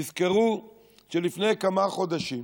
תזכרו שלפני כמה חודשים